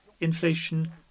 Inflation